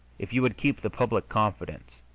if you would keep the public confidence,